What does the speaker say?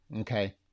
Okay